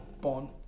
Bond